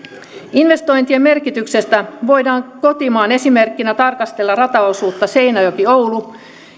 investointien merkityksestä voidaan kotimaan esimerkkinä tarkastella rataosuutta seinäjoki oulu